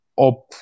up